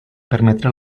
permetre